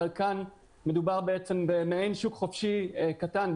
אבל כאן מדובר במעין שוק חופשי קטן,